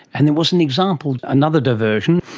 and there was an example, another diversion,